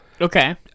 Okay